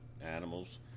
animals